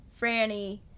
Franny